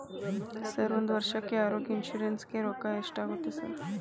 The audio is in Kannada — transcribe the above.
ಸರ್ ಒಂದು ವರ್ಷಕ್ಕೆ ಆರೋಗ್ಯ ಇನ್ಶೂರೆನ್ಸ್ ಗೇ ರೊಕ್ಕಾ ಎಷ್ಟಾಗುತ್ತೆ ಸರ್?